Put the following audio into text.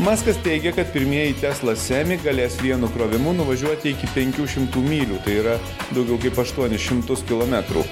muskas teigia kad pirmieji tesla semi galės vienu įkrovimu nuvažiuoti iki penkių šimtų mylių tai yra daugiau kaip aštuonis šimtus kilometrų